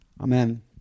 Amen